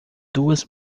duas